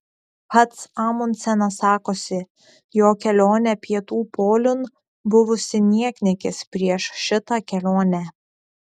pats amundsenas sakosi jo kelionė pietų poliun buvusi niekniekis prieš šitą kelionę